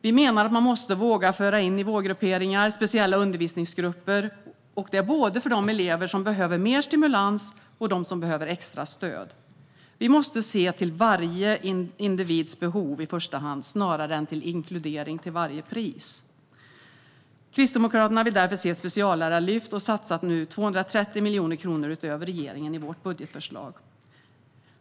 Vi menar att man måste våga föra in nivågrupperingar och speciella undervisningsgrupper både för de elever som behöver mer stimulans och för dem som behöver extra stöd. Vi måste se till varje individs behov i första hand, snarare än till inkludering till varje pris. Vi i Kristdemokraterna vill därför se ett speciallärarlyft och har satsat 230 miljoner kronor utöver regeringen i vårt budgetförslag.